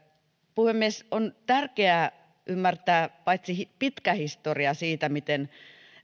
puhemies on tärkeää ymmärtää paitsi pitkä historia siitä miten